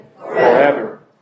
forever